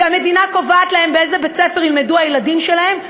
המדינה קובעת להם באיזה בית-ספר ילמדו הילדים שלהם,